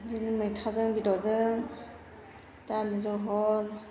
बिदिनो मैथाजों बेदरजों दालि जहल